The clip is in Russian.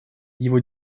его